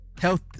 health